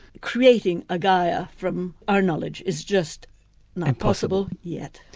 creating a gaia from our knowledge is just not possible yet.